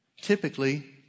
typically